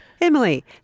Emily